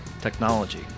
technology